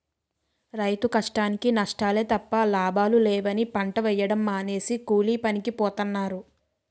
రైతు కష్టానికీ నష్టాలే తప్ప లాభాలు లేవని పంట వేయడం మానేసి కూలీపనికి పోతన్నారు